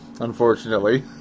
unfortunately